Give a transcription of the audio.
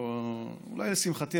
או אולי לשמחתי,